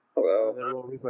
Hello